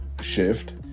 shift